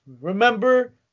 remember